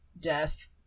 death